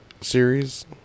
series